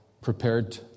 prepared